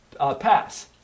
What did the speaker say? pass